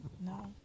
No